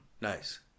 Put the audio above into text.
nice